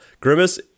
Grimace